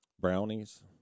Brownies